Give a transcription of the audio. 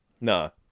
No